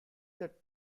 that